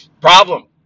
Problem